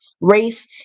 race